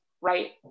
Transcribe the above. right